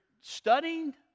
studying